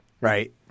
right